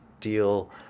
deal